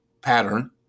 pattern